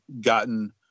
gotten